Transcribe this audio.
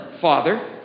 Father